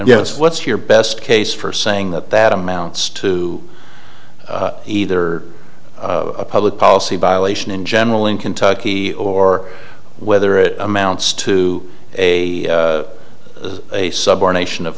yes what's your best case for saying that that amounts to either a public policy by a lation in general in kentucky or whether it amounts to a a sub or nation of